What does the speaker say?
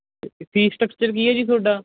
fees structure ਕੀ ਏ ਜੀ ਤੁਹਾਡਾ